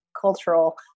cultural